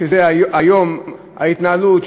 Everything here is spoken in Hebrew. שזו היום ההתנהלות,